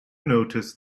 notice